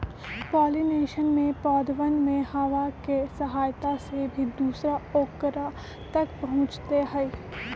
pollination में पौधवन में हवा के सहायता से भी दूसरा औकरा तक पहुंचते हई